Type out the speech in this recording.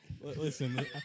listen